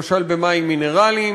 למשל במים מינרליים.